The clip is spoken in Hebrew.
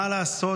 מה לעשות?